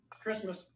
Christmas